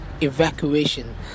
evacuation